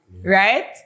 right